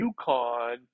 UConn